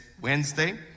Wednesday